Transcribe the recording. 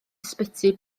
ysbyty